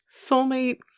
soulmate